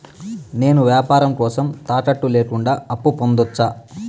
నేను వ్యాపారం కోసం తాకట్టు లేకుండా అప్పు పొందొచ్చా?